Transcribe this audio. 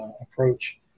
approach